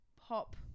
Pop